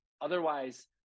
Otherwise